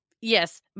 Yes